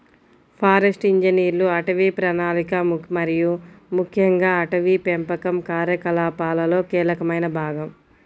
forest ఇంజనీర్లు అటవీ ప్రణాళిక మరియు ముఖ్యంగా అటవీ పెంపకం కార్యకలాపాలలో కీలకమైన భాగం